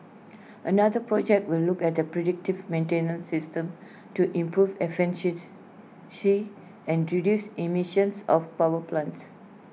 another project will look at the predictive maintenance system to improve efficiency she and reduce emissions of power plants